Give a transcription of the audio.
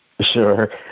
Sure